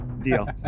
deal